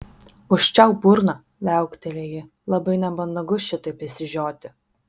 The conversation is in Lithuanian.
užčiaupk burną viauktelėjo ji labai nemandagu šitaip išsižioti